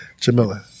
Jamila